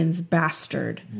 bastard